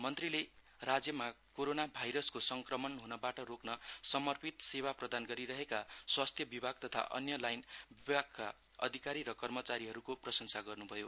मन्त्रीले राज्यमा कोरोना भाइरसको संक्रमण ह्नबाट रोक्न समर्पित सेवा प्रदान गरिरहेका स्वास्थ्य विभाग तथा अन्य लाईन विभागका अधिकारी र कर्मचारीको प्रशंसा गर्नुभयो